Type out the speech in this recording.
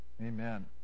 Amen